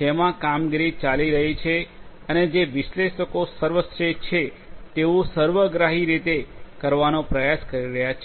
જેમાં કામગીરી ચાલી રહી છે અને જે વિશ્લેષકો સર્વશ્રેષ્ઠ છે તેવું સર્વગ્રાહી રીતે કરવાનો પ્રયાસ કરી રહ્યા છે